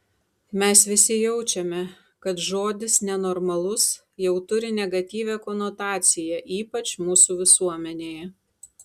mes visi jaučiame kad žodis nenormalus jau turi negatyvią konotaciją ypač mūsų visuomenėje